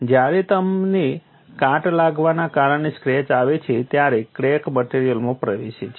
જ્યારે તમને કાટ લાગવાના કારણે સ્ક્રેચ આવે છે ત્યારે ક્રેક મટેરીઅલમાં પ્રવેશે છે